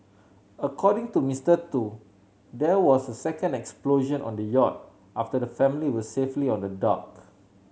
according to Mister Tu there was a second explosion on the yacht after the family were safely on the dock